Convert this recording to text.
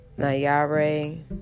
Nayare